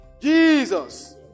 Jesus